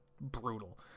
brutal